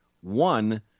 one